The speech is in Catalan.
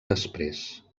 després